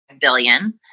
Billion